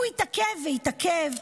והוא התעכב והתעכב,